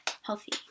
healthy